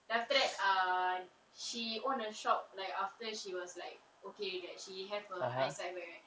then after that err she own a shop like after she was like okay that she have a eyesight back ah